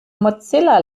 mozilla